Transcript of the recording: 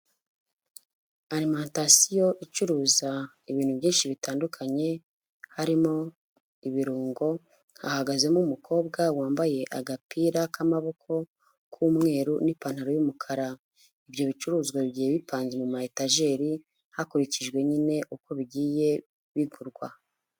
Alimantasiyo icuruza ibintu byinshi bitandukanye, harimo ibirungo, hahagazemo umukobwa wambaye agapira k'amaboko k'umweru n'ipantaro y'umukara, ibyo bicuruzwa bigiye bipanze mu ma etajeri, hakurikijwe nyine uko bigiye bigurwa.